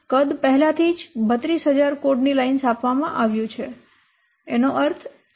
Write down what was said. કદ પહેલાથી જ 32000 કોડની લાઇન્સ આપવામાં આવ્યું છે તેનો અર્થ 32 KLOC